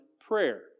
prayer